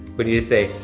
but need to say,